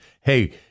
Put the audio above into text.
hey